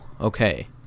okay